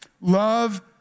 Love